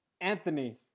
Anthony